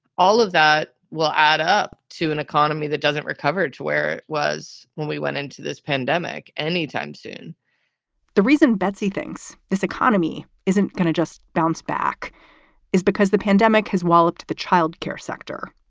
all of that will add up to an economy that doesn't recover to where it was when we went into this pandemic any time soon the reason betsy thinks this economy isn't going to just bounce back is because the pandemic has walloped the childcare sector.